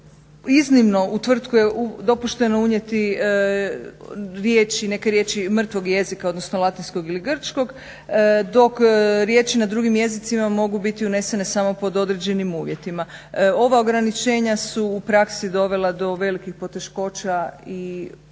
tvrtku je dopušteno unijeti riječi, neke riječi mrtvog jezika, odnosno latinskog ili grčkog dok riječi na drugim jezicima mogu biti unesene samo pod određenim uvjetima. Ova ograničenja su u praksi dovela do velikih poteškoća i svi